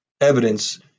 evidence